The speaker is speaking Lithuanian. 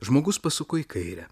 žmogus pasuko į kairę